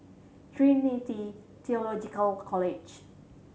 Trinity Theological College